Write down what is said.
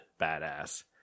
badass